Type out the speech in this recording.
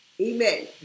Amen